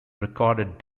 recorded